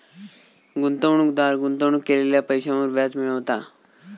गुंतवणूकदार गुंतवणूक केलेल्या पैशांवर व्याज मिळवता